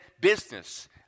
business